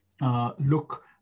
look